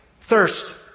thirst